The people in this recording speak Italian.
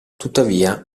tuttavia